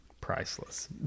priceless